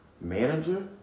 Manager